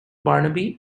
barnaby